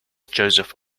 joseph